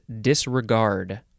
disregard